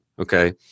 okay